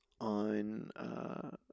on